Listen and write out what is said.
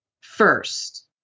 first